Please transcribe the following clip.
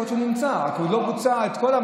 יכול להיות שהוא נמצא, אבל לא בוצע כל המעבר.